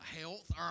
health